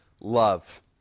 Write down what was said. love